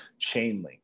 Chainlink